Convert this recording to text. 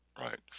right